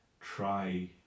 try